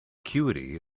acuity